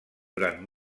durant